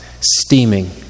steaming